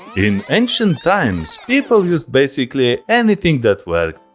in ancient times people used basically anything that worked,